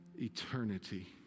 eternity